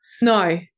No